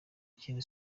kintu